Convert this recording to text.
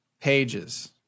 Pages